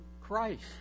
Christ